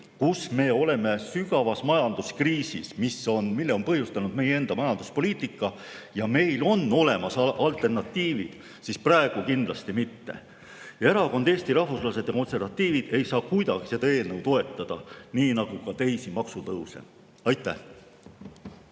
kui me oleme sügavas majanduskriisis, mille on põhjustanud meie enda majanduspoliitika, ja meil on olemas alternatiivid, kindlasti mitte. Erakond Eesti Rahvuslased ja Konservatiivid ei saa kuidagi seda eelnõu toetada, nii nagu ka teisi maksutõuse. Aitäh!